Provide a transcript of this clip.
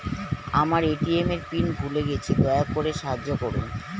আমার এ.টি.এম এর পিন ভুলে গেছি, দয়া করে সাহায্য করুন